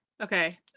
okay